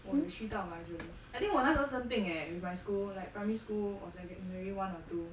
我有去到 mah actually I think 我那时候生病 eh with my school like primary school or secondary one or two